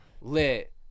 lit